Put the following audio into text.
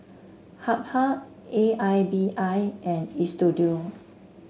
Habhal A I B I and Istudio